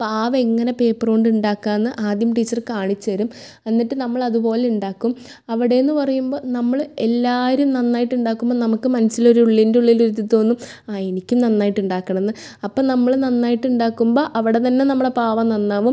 പാവയെങ്ങനെ പേപ്പറുകൊണ്ടുണ്ടാക്കുക എന്ന് ആദ്യം ടീച്ചറ് കാണിച്ച് തരും എന്നിട്ട് നമ്മളതുപോലെ ഉണ്ടാക്കും അവിടേന്ന് പറയുമ്പോൾ നമ്മള് എല്ലാവരും നന്നായിട്ടുണ്ടാക്കുമ്പോൾ നമുക്ക് മനസിലൊരു ഉള്ളിലന്റുള്ളില് തോന്നും ആ എനിക്കും നന്നായിട്ടുണ്ടാക്കണമെന്ന് അപ്പം നമ്മള് നന്നായിട്ടുണ്ടാക്കുമ്പോൾ അവിടെ തന്നെ നമ്മുടെ പാവ നന്നാവും